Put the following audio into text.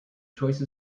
choice